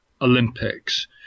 Olympics